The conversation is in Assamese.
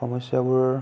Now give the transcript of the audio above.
সমস্যাবোৰৰ